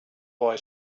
boy